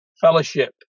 fellowship